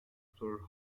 floor